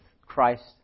Christ